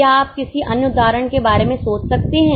क्या आप किसी अन्य उदाहरण के बारे में सोच सकते हैं